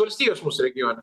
valstijos mūsų regione